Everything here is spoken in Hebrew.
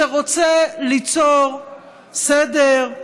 ליצור סדר,